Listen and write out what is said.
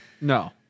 No